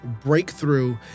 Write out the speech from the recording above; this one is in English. breakthrough